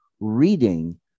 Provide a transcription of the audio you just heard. reading